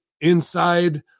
inside